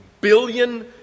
billion